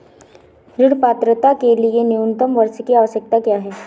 ऋण पात्रता के लिए न्यूनतम वर्ष की आवश्यकता क्या है?